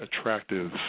attractive